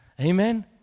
Amen